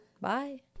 Bye